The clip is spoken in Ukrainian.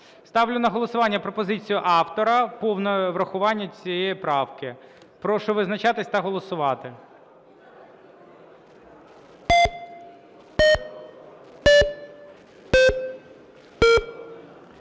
Ставлю на голосування пропозицію автора по неврахуванню цієї правки. Прошу визначатись та голосувати.